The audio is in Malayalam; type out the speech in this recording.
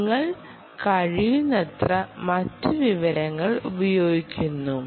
നിങ്ങൾ കഴിയുന്നത്ര മറ്റ് വിവരങ്ങൾ ഉപയോഗിക്കുന്നു